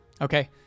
Okay